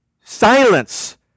silence